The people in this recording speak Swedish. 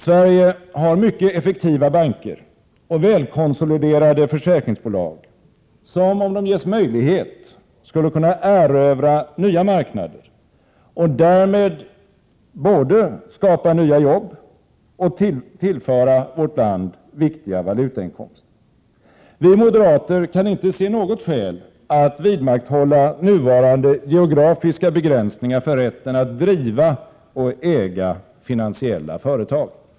Sverige har mycket effektiva banker och välkonsoliderade försäkringsbolag, som — om de ges möjlighet — skulle kunna erövra nya marknader och därmed både skapa nya jobb och tillföra vårt land viktiga valutainkomster. — Prot. 1987/88:114 Vi moderater kan inte se något skäl att vidmakthålla nuvarande geografiska 4 maj 1988 begränsningar för rätten att driva och äga finansiella företag.